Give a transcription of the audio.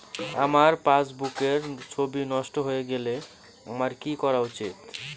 আমার পাসবুকের ছবি নষ্ট হয়ে গেলে আমার কী করা উচিৎ?